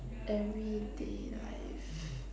everyday life